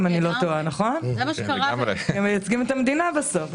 הם מייצגים אתה מדינה.